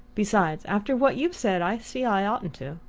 besides, after what you've said, i see i oughtn't to.